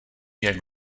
jak